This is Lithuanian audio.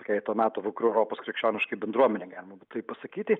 tokiai to meto vakarų europos krikščioniškai bendruomenei galima būtų taip pasakyti